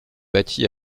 bâti